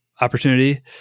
opportunity